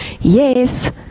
Yes